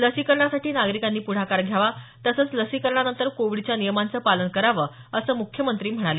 लसीकरणासाठी नागरिकांनी पुढाकार घ्यावा तसंच लसीकरणानंतर कोविडच्या नियमांचे पालन करावं असं मुख्यमंत्री म्हणाले